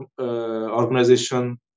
organization